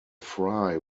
fry